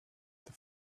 that